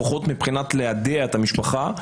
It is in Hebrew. לפחות מבחינת ליידע את המשפחה,